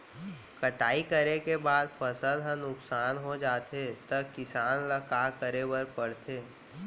कटाई करे के बाद फसल ह नुकसान हो जाथे त किसान ल का करे बर पढ़थे?